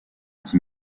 qui